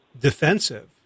defensive